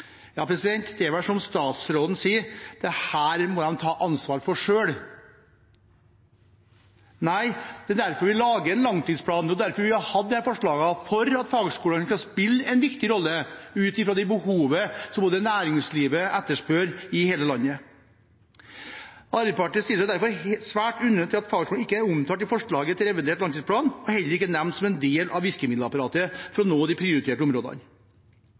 Det er vel som statsråden sier, at dette må de ta ansvar for selv. Nei, det er derfor vi lager en langtidsplan, og det er derfor vi har disse forslagene – for at fagskolene skal spille en viktig rolle ut fra det behovet som næringslivet etterspør i hele landet. Arbeiderpartiet stiller seg derfor svært undrende til at fagskolene ikke er omtalt i forslaget til revidert langtidsplan og heller ikke er nevnt som en del av virkemiddelapparatet for å nå de prioriterte områdene.